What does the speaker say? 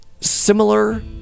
similar